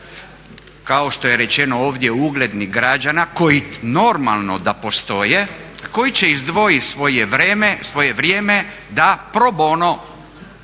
kao što je rečeno ovdje uglednih građana koji normalno da postoje koji će izdvojiti svoje vrijeme da pro bono